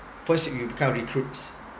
first you become a recruits